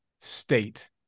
state